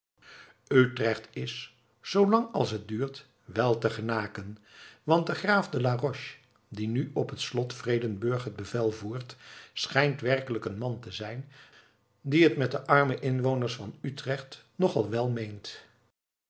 utrecht is zoo lang als het duurt wel te genaken want de graaf de la roche die nu op het slot vredenburg het bevel voert schijnt werkelijk een man te zijn die het met de arme inwoners van utrecht nog al wel meent